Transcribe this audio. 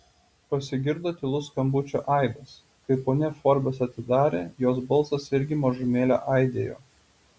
pasigirdo tylus skambučio aidas kai ponia forbes atidarė jos balsas irgi mažumėlę aidėjo